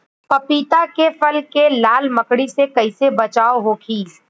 पपीता के फल के लाल मकड़ी से कइसे बचाव होखि?